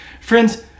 Friends